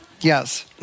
yes